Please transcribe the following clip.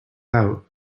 out